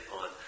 on